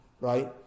Right